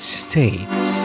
states